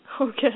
Okay